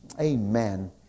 Amen